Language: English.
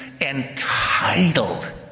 entitled